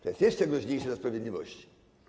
To jest jeszcze groźniejsze dla sprawiedliwości.